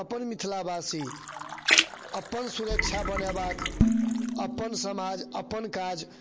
अपन मिथिला वासी अपन सुरक्षा बनयबाक अपन समाज अपन काज